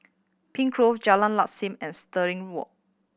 Pine Grove Jalan Lam Sam and Stirling Walk